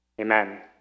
Amen